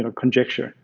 ah conjecture.